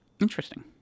Interesting